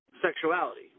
sexuality